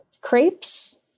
crepes